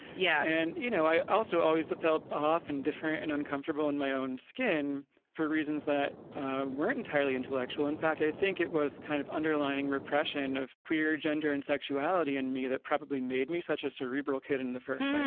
yeah. and, you know, i also always felt often different and uncomfortable in my own skin for reasons that weren't entirely intellectual in fact, i think it was the kind of underlying repression of queer gender and sexuality in me that probably made me such a cerebral kid in the first place.